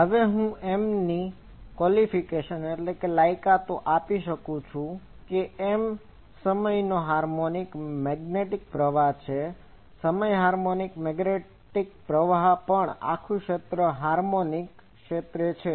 હવે હું Mની ક્વાલીફિકેશનQualificationલાયકાતો આપી શકું છું કે M એ સમયનો હાર્મોનિક મેગ્નેટિક પ્રવાહ છે સમય હાર્મોનિક મેગ્નેટિક પ્રવાહ પણ આખુ ક્ષેત્ર હર્મોનીઅસ Harmonious સજાતીય ક્ષેત્ર છે